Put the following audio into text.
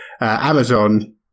amazon